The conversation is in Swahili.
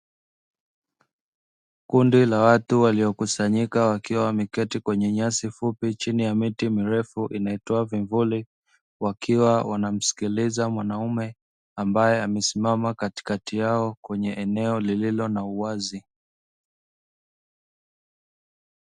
Kundi la watu waliokusanyika wakiwa wameketi kwenye nyasi fupi chini ya miti mirefu inayotoa vivuli wakiwa wanamsikiliza mwanamume ambaye amesimama katikati yao kwenye eneo lililo na uwazi.